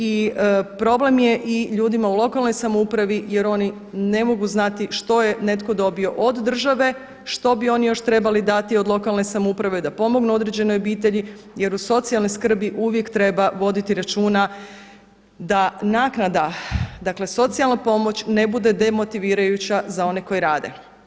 I problem je i ljudima u lokalnoj samoupravi jer oni ne mogu znati što je netko dobio od države, što bi oni još trebali dati od lokalne samouprave da pomognu određenoj obitelji jer u socijalnoj skrbi uvijek treba voditi računa da naknada, dakle socijalna pomoć ne bude demotivirajuća za one koji rade.